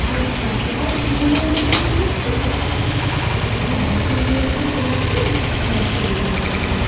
আচ্ছা আচ্ছা তাহলে তিন দিনের মধ্যেই চলে আসবে তো হ্যাঁ হ্যাঁ তিন দিনের মধ্যে চলে আসলে অনেক সুবিধা হতো আমার